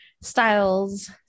styles